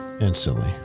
Instantly